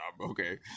Okay